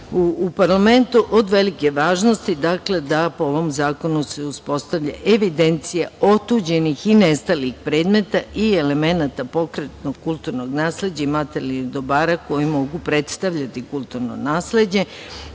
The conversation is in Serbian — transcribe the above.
u parlamentu, od velike je važnosti dakle, po ovom zakonu se uspostavlja evidencija otuđenih i nestalih predmeta, i elemenata pokretnog kulturnog nasleđa i materijalnih dobara koji mogu predstavljati kulturno nasleđe,